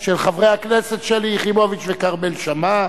של חברי הכנסת שלי יחימוביץ וכרמל שאמה,